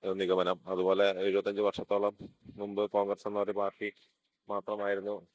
നിഗമനം അതുപോലെ എഴുപത്തി അഞ്ച് വർഷത്തോളം മുമ്പ് കോൺഗ്രസ് എന്നൊരു പാർട്ടി മാത്രമായിരുന്നു